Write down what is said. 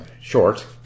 short